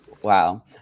Wow